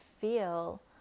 feel